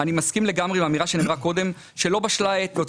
אני מסכים לגמרי עם האמירה שנאמרה קודם שלא בשלה העת ואת